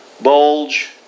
bulge